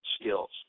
skills